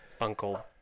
Uncle